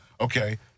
Okay